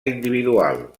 individual